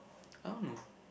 I don't know